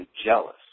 jealous